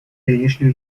дальнейшего